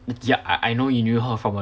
I I know